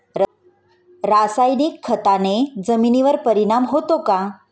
रासायनिक खताने जमिनीवर परिणाम होतो का?